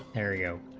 aerial